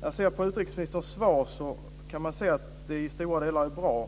När jag ser på utrikesministerns svar tycker jag att det i stora delar är bra.